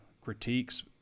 critiques